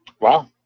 wow